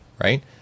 right